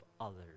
others